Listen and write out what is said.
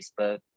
Facebook